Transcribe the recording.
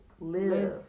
live